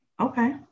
Okay